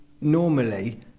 normally